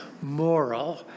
moral